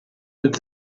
but